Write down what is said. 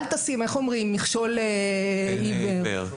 אל תשים מכשול בפני עיוור,